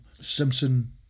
Simpson